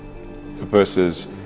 versus